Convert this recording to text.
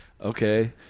Okay